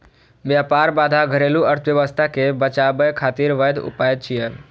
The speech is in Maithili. व्यापार बाधा घरेलू अर्थव्यवस्था कें बचाबै खातिर वैध उपाय छियै